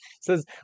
says